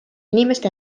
inimest